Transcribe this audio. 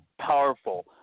powerful